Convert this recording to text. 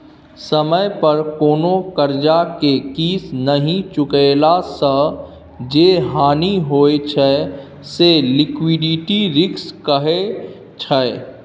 समय पर कोनो करजा केँ किस्त नहि चुकेला सँ जे हानि होइ छै से लिक्विडिटी रिस्क कहाइ छै